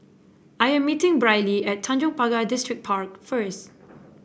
I am meeting Brylee at Tanjong Pagar Distripark first